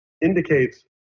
indicates